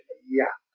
yeah.